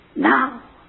Now